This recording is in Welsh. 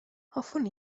hoffwn